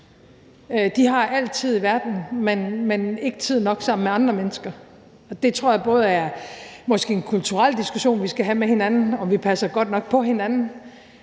De har al tid i verden, men ikke tid nok sammen med andre mennesker. Det tror jeg måske er en kulturel diskussion, vi skal have med hinanden, altså om vi passer godt nok på hinanden,